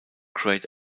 great